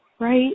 right